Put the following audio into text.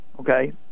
Okay